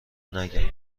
نگین